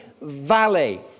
Valley